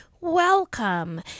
welcome